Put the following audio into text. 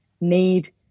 need